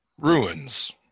ruins